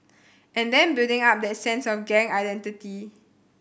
and then building up that sense of gang identity